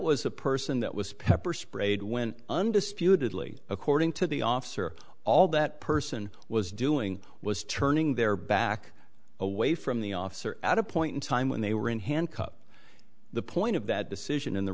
was a person that was pepper sprayed when undisputedly according to the officer all that person was doing was turning their back away from the officer at a point in time when they were in handcuffs the point of that decision and the